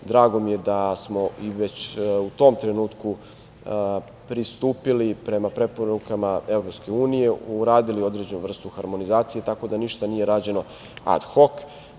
Drago mi je da smo već u tom trenutku pristupili prema preporukama EU, uradili određenu vrstu harmonizacije, tako da ništa nije rađeno ad hok.